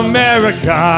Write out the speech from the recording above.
America